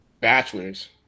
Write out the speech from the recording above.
bachelor's